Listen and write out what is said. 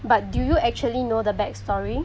but do you actually know the backstory